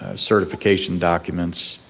ah certification documents,